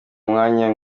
umwanya